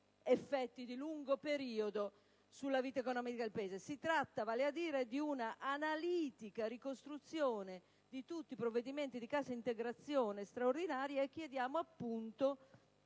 effetti di lungo periodo sulla vita economica del Paese. Si tratta, vale a dire, di un'analitica ricostruzione di tutti i provvedimenti di cassa integrazione straordinaria, e chiediamo, appunto,